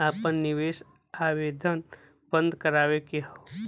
आपन निवेश आवेदन बन्द करावे के हौ?